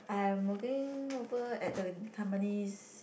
I am working over at the Tampines